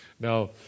Now